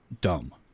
dumb